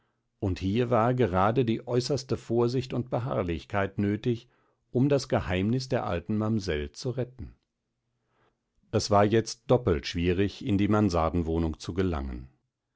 und hier war gerade die äußerste vorsicht und beharrlichkeit nötig um das geheimnis der alten mamsell zu retten es war jetzt doppelt schwierig in die mansardenwohnung zu gelangen